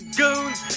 goons